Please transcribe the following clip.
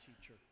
teacher